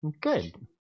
Good